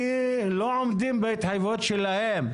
כי הם לא עומדים בהתחייבויות שלהם.